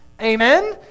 amen